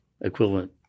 equivalent